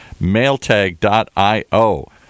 MailTag.io